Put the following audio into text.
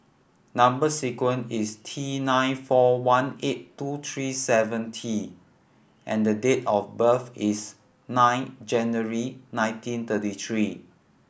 number sequence is T nine four one eight two three seven T and the date of birth is nine January nineteen thirty three